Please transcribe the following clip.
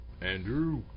Andrew